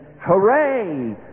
hooray